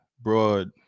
broad